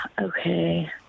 Okay